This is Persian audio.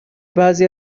بعضی